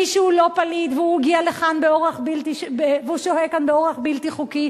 ומי שהוא לא פליט והוא הגיע לכאן והוא שוהה כאן באורח בלתי חוקי,